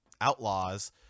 outlaws